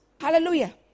hallelujah